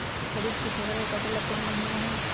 खरीफ के फसल के कटे के कोंन महिना हई?